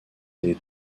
des